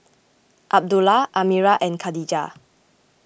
Abdullah Amirah and Khadija